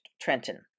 Trenton